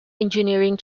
engineering